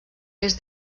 més